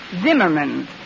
Zimmerman